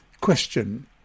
Question